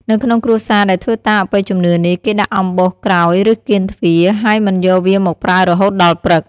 នៅក្នុងគ្រួសារដែលធ្វើតាមអបិយជំនឿនេះ គេដាក់អំបោសក្រោយ ឬ កៀនទ្វារ ហើយមិនយកវាមកប្រើរហូតដល់ព្រឹក។